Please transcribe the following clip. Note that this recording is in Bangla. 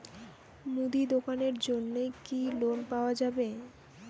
মুদি দোকানের জন্যে কি লোন পাওয়া যাবে?